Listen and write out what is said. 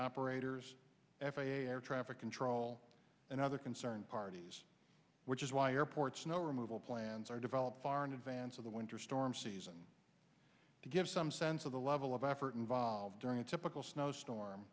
operators f a a air traffic control and other concerned parties which is why airport snow removal plans are developed far in advance of the winter storm season to give some sense of the level of effort involved during a typical snowstorm